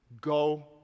Go